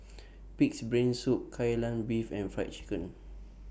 Pig'S Brain Soup Kai Lan Beef and Fried Chicken